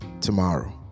tomorrow